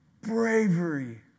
bravery